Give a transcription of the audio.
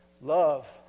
love